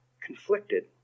conflicted